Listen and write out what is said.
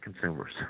consumers